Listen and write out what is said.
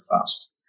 Fast